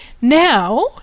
Now